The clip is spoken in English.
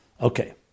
Okay